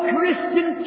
Christian